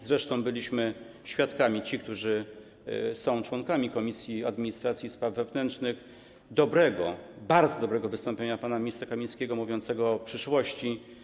Zresztą byliśmy świadkami - ci, którzy są członkami Komisji Administracji i Spraw Wewnętrznych - dobrego, bardzo dobrego wystąpienia pana ministra Kamińskiego, mówiącego o przyszłości.